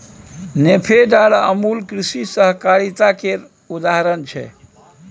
नेफेड आर अमुल कृषि सहकारिता केर उदाहरण छै